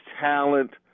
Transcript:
talent